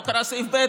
הוא לא קרא את סעיף (ב),